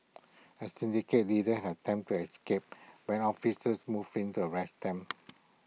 A syndicate leader had attempted to escape when officers moved in to arrest them